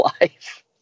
life